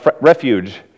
refuge